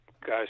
guys